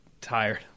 tired